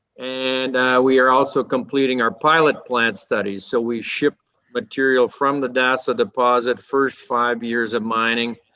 and we are also completing our pilot plant study. so we ship material from the dasa deposit, first five years of mining,